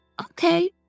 Okay